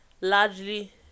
largely